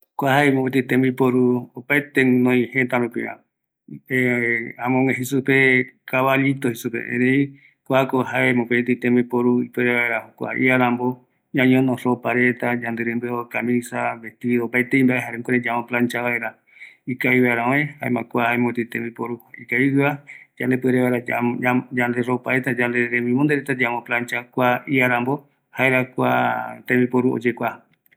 Kua tabla de planchar jaeko yande rembimbonde reta imboplancha vaera je, kua ko jokuaraeño ou, opaete tembimbondereta peguara ikavi, kuimbae jare kuñareta imbae peguara